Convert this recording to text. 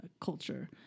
culture